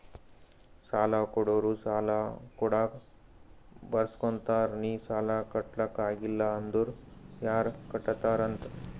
ಸಾಲಾ ಕೊಡೋರು ಸಾಲಾ ಕೊಡಾಗ್ ಬರ್ಸ್ಗೊತ್ತಾರ್ ನಿ ಸಾಲಾ ಕಟ್ಲಾಕ್ ಆಗಿಲ್ಲ ಅಂದುರ್ ಯಾರ್ ಕಟ್ಟತ್ತಾರ್ ಅಂತ್